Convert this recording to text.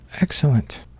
Excellent